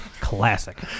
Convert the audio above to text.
Classic